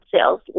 sales